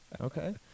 okay